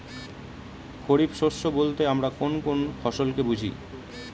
খরিফ শস্য বলতে আমরা কোন কোন ফসল কে বুঝি?